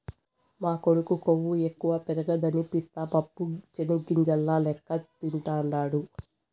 మా కొడుకు కొవ్వు ఎక్కువ పెరగదని పిస్తా పప్పు చెనిగ్గింజల లెక్క తింటాండాడు